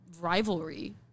Rivalry